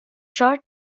short